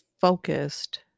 focused